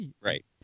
Right